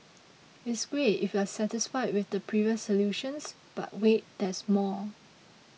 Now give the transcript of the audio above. it's great if you're satisfied with the previous solutions but wait there's more